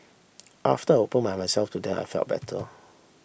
after I opened myself to them I felt better